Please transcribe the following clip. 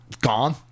Gone